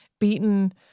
beaten